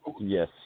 Yes